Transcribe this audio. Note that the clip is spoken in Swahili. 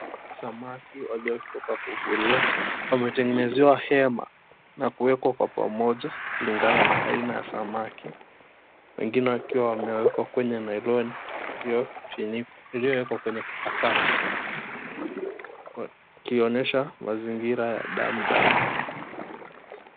Samaki waliotoka kuvuliwa wametengenezewa hema na kuwekwa kwa pamoja kulingana na aina ya samaki. Wengine wakiwa wamewekwa kwenye nailoni iliyowekwa kwenye kipakata wakionyesha mazingira ya damu damu.